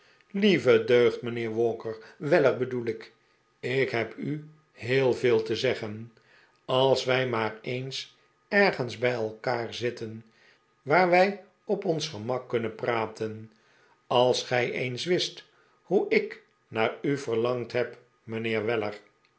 mijnheer walker weller bedoel ik ik heb u heel veel te zeggen als wij maar eens ergens bij elkaar zitten waar wij op ons gemak kunhen praten als gij eens wist hoe ik naar u verlangd heb mijnheer weller